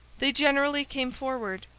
they generally came forward,